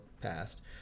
past